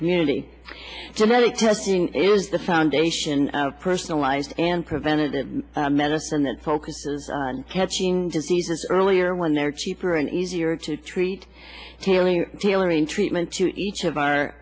community genetic testing it is the foundation of personalized and preventative medicine that focuses on catching diseases earlier when they're cheaper and easier to treat hearing tailoring treatment to each of our